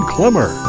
Clemmer